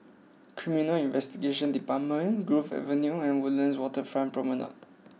Criminal Investigation Department Grove Avenue and Woodlands Waterfront Promenade